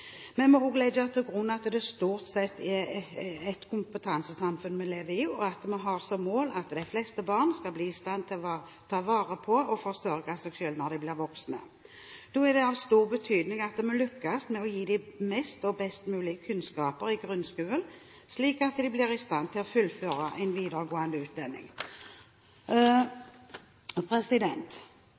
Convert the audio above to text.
må også legge til grunn at det stort sett er et kompetansesamfunn vi lever i, og at vi har som mål at de fleste barn skal bli i stand til å ta vare på og forsørge seg selv når de blir voksne. Da er det av stor betydning at vi lykkes med å gi dem mest mulig og best mulig kunnskap i grunnskolen, slik at de blir i stand til å fullføre en videregående utdanning.